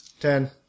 Ten